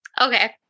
Okay